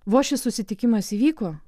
buvo šis susitikimas įvyko